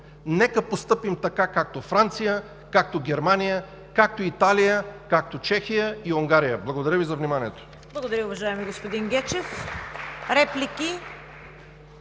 Нека постъпим както Франция, както Германия, както Италия, както Чехия и Унгария. Благодаря Ви за вниманието.